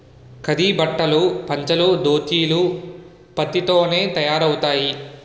ఖాదీ బట్టలు పంచలు దోతీలు పత్తి తోనే తయారవుతాయి